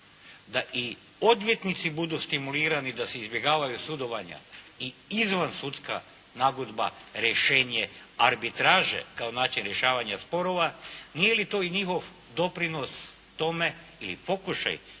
da i odvjetnici budu stimuliraju da se izbjegavaju sudovanja i izvansudska nagodba, rješenje arbitraže kao način rješavanja sporova, nije li to i njihov doprinos tome ili pokušaj